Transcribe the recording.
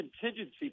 contingency